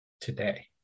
today